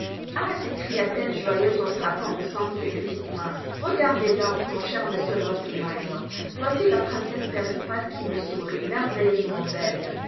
ah s'écria-t-elle joyeuse en frappant ensemble ses petites mains regardez donc mon cher monsieur drosselmeier voici la princesse pirlipat qui me sourit merveilleusement belle